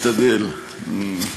אל תתבלבל רק בתיק של המשרד.